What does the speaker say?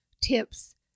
tips